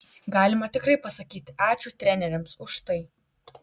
galima tikrai pasakyti ačiū treneriams už tai